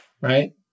right